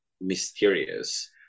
mysterious